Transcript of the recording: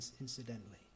incidentally